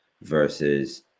versus